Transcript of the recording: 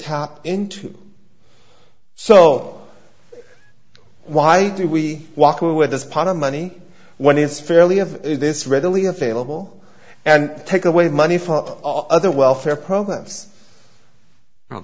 tap into so why do we walk away with this pot of money when it's fairly have this readily available and take away money for other welfare programs